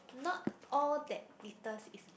not all that glitters is